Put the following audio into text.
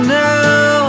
now